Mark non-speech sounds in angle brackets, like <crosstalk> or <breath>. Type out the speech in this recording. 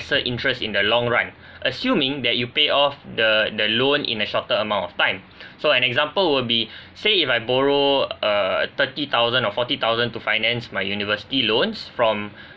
lesser interest in the long run assuming that you pay off the the loan in a shorter amount of time <breath> so an example will be say if I borrow uh thirty thousand or forty thousand to finance my university loans from